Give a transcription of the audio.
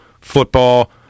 football